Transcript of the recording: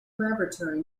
laboratory